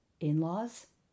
in-laws